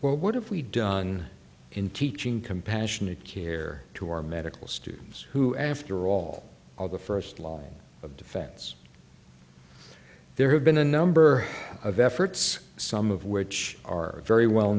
well what have we done in teaching compassionate care to our medical students who after all all the first line of defense there have been a number of efforts some of which are very well